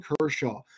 Kershaw